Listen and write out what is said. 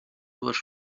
dues